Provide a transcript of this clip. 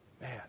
Man